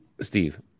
Steve